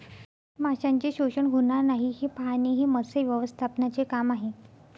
माशांचे शोषण होणार नाही हे पाहणे हे मत्स्य व्यवस्थापनाचे काम आहे